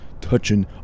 touching